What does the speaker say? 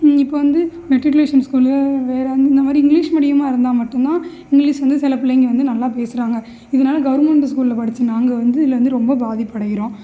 இப்போ வந்து மெட்ரிகுலேஷன் ஸ்கூல்லேயோ வேற வந்து இந்த மாதிரி இங்கிலீஷ் மீடியமாக இருந்தால் மட்டும் தான் இங்கிலீஷ் வந்து சில பிள்ளைங்கள் வந்து நல்லா பேசுகிறாங்க இதனால கவுர்மெண்டு ஸ்கூலில் படித்த நாங்கள் வந்து இதில் வந்து ரொம்ப பாதிப்படைகிறோம்